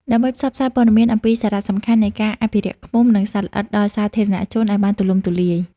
ដើម្បីផ្សព្វផ្សាយព័ត៌មានអំពីសារៈសំខាន់នៃការអភិរក្សឃ្មុំ និងសត្វល្អិតដល់សាធារណជនឱ្យបានទូលំទូលាយ។